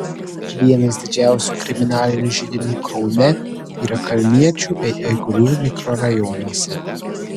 vienas didžiausių kriminalinių židinių kaune yra kalniečių bei eigulių mikrorajonuose